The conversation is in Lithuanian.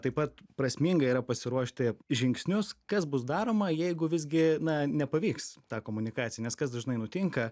taip pat prasminga yra pasiruošti žingsnius kas bus daroma jeigu visgi na nepavyks ta komunikacija nes kas dažnai nutinka